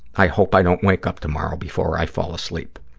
i hope i don't wake up tomorrow, before i fall asleep.